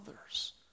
others